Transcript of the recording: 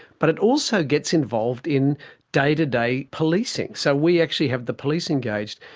but it also gets involved in day-to-day policing. so we actually have the police engaged.